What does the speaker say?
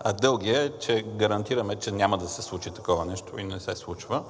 а дългият е, че гарантираме, че няма да се случи такова нещо и не се случва.